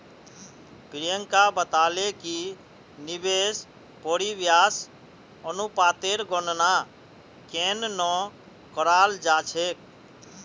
प्रियंका बताले कि निवेश परिव्यास अनुपातेर गणना केन न कराल जा छेक